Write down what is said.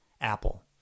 Apple